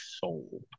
soul